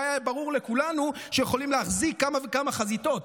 והיה ברור לכולנו שאנחנו יכולים להחזיק כמה וכמה חזיתות.